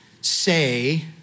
say